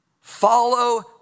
Follow